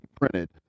printed